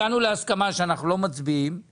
תגיד איך אתם מדברים עם הציבור.